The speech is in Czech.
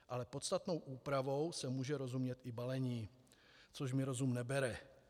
Ale podstatnou úpravou se může rozumět i balení, což mi rozum nebere.